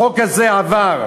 החוק הזה עבר.